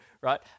right